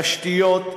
בתשתיות,